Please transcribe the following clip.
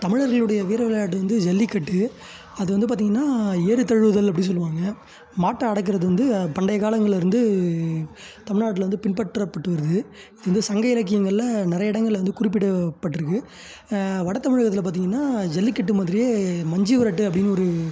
தமிழர்களுடைய வீர விளையாட்டு வந்து ஜல்லிக்கட்டு அது வந்து பார்த்தீங்கன்னா ஏறு தழுவுதல் அப்படி சொல்லுவாங்க மாட்டை அடக்குவது வந்து பண்டைய காலங்கள்லிருந்து தமிழ்நாட்டில் வந்து பின்பற்றப்பட்டு வருது இந்த சங்க இலக்கியங்களில் நிறைய இடங்கள்ல வந்து குறிப்பிடப்பட்டிருக்குது வட தமிழகத்தில் பார்த்தீங்கன்னா ஜல்லிக்கட்டு மாதிரியே மஞ்சுவிரட்டு அப்படின்னு ஒரு